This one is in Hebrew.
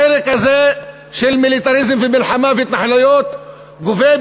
החלק הזה של מיליטריזם ומלחמה והתנחלויות גובה